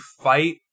fight